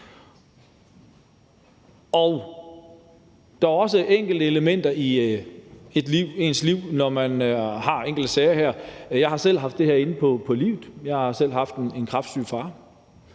Der er også nogle elementer i ens liv, når man de her enkelte sager, og jeg har selv haft det her inde på livet. Jeg har selv haft en kræftsyg far,